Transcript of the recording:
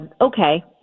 okay